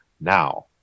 now